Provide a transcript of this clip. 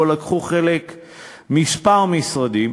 שלקחו בהם חלק כמה משרדים,